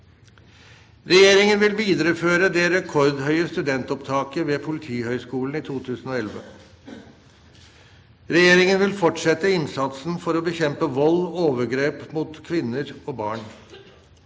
Regjeringen vil videreføre det rekordhøye studentopptaket ved Politihøgskolen i 2011. Regjeringen vil fortsette innsatsen for å bekjempe vold og overgrep mot kvinner og barn.